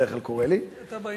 שבדרך כלל קורה לי, אתה בעניינים.